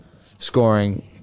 scoring